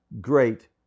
great